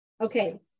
Okay